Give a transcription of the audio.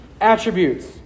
attributes